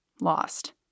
lost